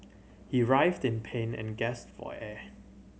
he writhed in pain and gasped for air